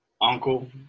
uncle